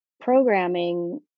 programming